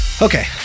Okay